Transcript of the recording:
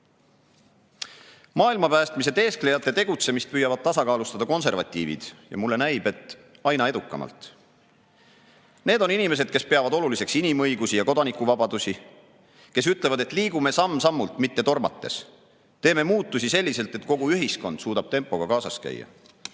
vireleb. Maailmapäästmise teesklejate tegutsemist püüavad tasakaalustada konservatiivid, ja mulle näib, et aina edukamalt. Need on inimesed, kes peavad oluliseks inimõigusi ja kodanikuvabadusi, kes ütlevad, et liigume samm-sammult, mitte tormates. Teeme muutusi selliselt, et kogu ühiskond suudaks tempoga kaasas käia.